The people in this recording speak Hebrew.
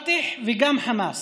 פת"ח וגם חמאס,